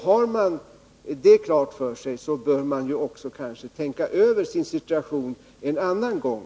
Har man det klart för sig bör man från oppositionens sida också tänka över sin situation en annan gång.